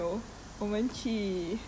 my me and my friend